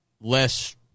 less